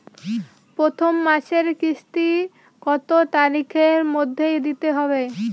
প্রথম মাসের কিস্তি কত তারিখের মধ্যেই দিতে হবে?